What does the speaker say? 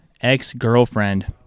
ex-girlfriend